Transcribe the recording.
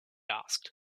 asked